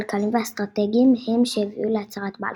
כלכליים ואסטרטגיים הם שהביאו להצהרת בלפור.